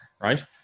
right